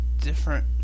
different